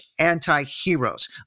antiheroes